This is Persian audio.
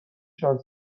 چند